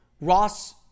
Ross